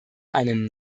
einen